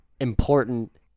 important